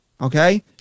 okay